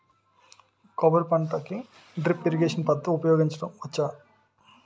కొబ్బరి పంట కి డ్రిప్ ఇరిగేషన్ పద్ధతి ఉపయగించవచ్చా?